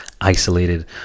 isolated